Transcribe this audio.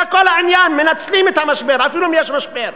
זה כל העניין: מנצלים את המשבר, אפילו אם יש משבר,